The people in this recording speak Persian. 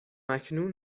اکنون